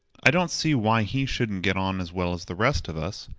i don't see why he shouldn't get on as well as the rest of us.